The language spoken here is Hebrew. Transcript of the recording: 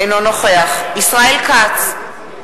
אינו נוכח ישראל כץ,